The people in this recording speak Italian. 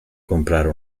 comprare